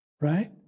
right